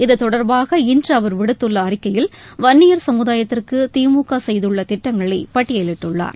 இதுதொடர்பாக இன்று அவர் விடுத்துள்ள அறிக்கையில் வன்னியர் சமுதாயத்திற்கு திமுக செய்துள்ள திட்டங்களை பட்டியலிட்டுள்ளார்